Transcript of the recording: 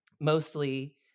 mostly